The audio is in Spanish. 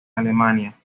alemania